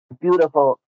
beautiful